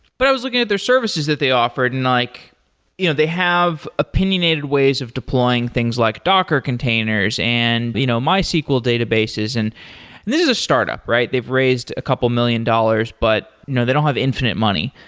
but i was looking at their services that they offered and like you know they have opinionated ways of deploying things like docker containers and you know mysql databases. and this is a startup, right? they've raised a couple of million dollars, but they don't have infinite money.